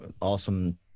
awesome